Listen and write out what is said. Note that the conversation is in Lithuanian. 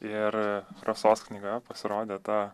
ir rasos knyga pasirodė ta